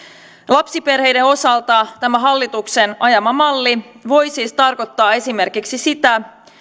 lapsiperheiden osalta tämä hallituksen ajama malli voi siis tarkoittaa esimerkiksi sitä